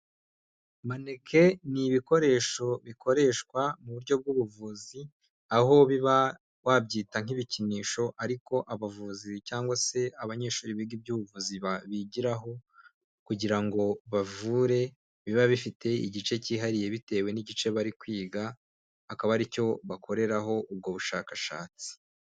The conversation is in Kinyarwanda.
Maneke ni ibikoresho bikoreshwa mu buryo bw'ubuvuzi, aho biba wabyita nk'ibikinisho ariko abavuzi cyangwa se abanyeshuri biga iby'ubuvuzi bigiraho kugira ngo bavure, biba bifite igice cyihariye bitewe n'igice bari kwiga, akaba ari cyo bakoreraho ubwo bushakashatsi.